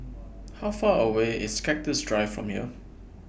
How Far away IS Cactus Drive from here